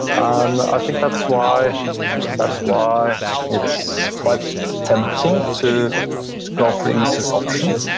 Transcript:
um i think that's why that's why it's quite tempting to call for ease, this option,